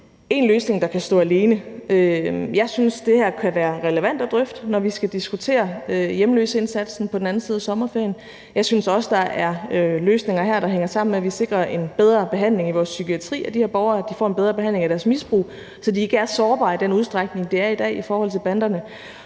én løsning, der kan stå alene. Jeg synes, at det her kan være relevant at drøfte, når vi skal diskutere hjemløseindsatsen på den anden side af sommerferien. Jeg synes også, at der her er flere løsninger, der hænger sammen med, at vi sikrer en bedre behandling i vores psykiatri af de her borgere, og at de får en bedre behandling af deres misbrug, så de ikke er sårbare i den udstrækning, de er i dag i forhold til banderne.